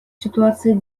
ситуации